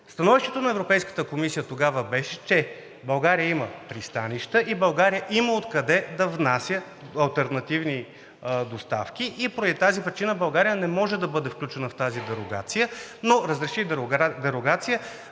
Становището на Европейската комисия тогава беше, че България има пристанища и България има откъде да внася алтернативни доставки и поради тази причина България не може да бъде включена в тази дерогация, но разреши дерогация